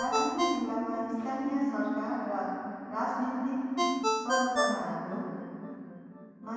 दार्जिलिङ जिल्लामा स्थानीय सरकार र राजनितिक संरचनाहरूमा